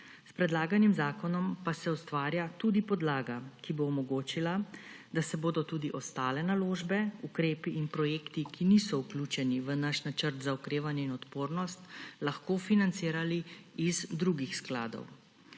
S predlaganim zakonom pa se ustvarja tudi podlaga, ki bo omogočila, da se bodo tudi ostale naložbe, ukrepi in projekti, ki niso vključeni v naš Načrt za okrevanje in odpornost, lahko financirali iz drugih skladov.